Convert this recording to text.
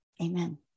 amen